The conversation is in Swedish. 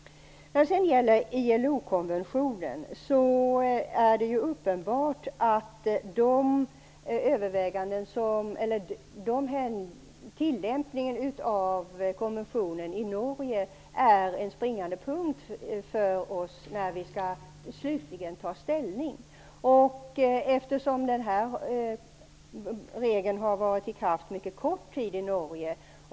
När det sedan gäller ILO-konventionen är uppenbart att tillämpningen i Norge är en springande punkt för oss när vi slutligen skall ta ställning. Denna regel har varit i kraft under mycket kort tid i Norge.